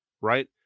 Right